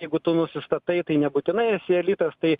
jeigu tu nusistatai tai nebūtinai esi elitas tai